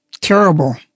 Terrible